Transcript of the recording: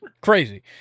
Crazy